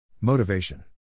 Motivation